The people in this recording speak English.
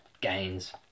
gains